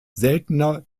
seltener